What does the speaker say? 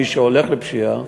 מי שהולך לפשיעה,